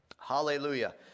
Hallelujah